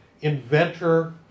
inventor